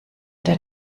der